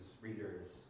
readers